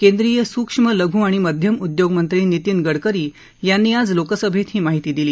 केंद्रीय सूक्ष्म लघु आणि मध्यम उद्योग मंत्री नितीन गडकरी यांनी आज लोकसभेत ही माहिती दिली